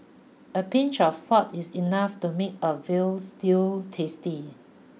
a pinch of salt is enough to make a veal stew tasty